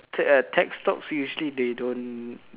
Te~ uh tech stocks usually they don't